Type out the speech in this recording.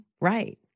right